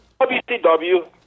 WCW